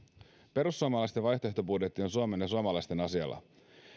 perussuomalaisten vaihtoehtobudjetti on suomen ja suomalaisten asialla